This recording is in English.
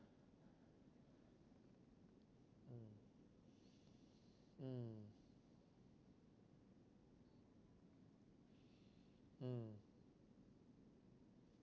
mm mm mm